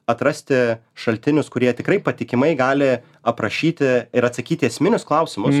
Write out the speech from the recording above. atrasti šaltinius kurie tikrai patikimai gali aprašyti ir atsakyti esminius klausimus